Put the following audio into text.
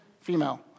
female